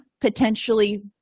potentially